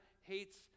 hates